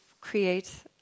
create